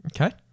Okay